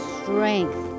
strength